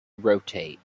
rotate